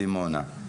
דימונה.